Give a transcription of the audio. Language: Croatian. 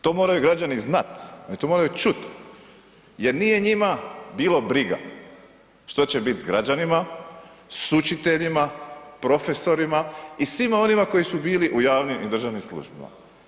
To moraju građani znati, oni to moraju čuti jer nije njima bilo briga što će biti s građanima, s učiteljima, profesorima i svima onima koji su bili u javnim i državnim službama.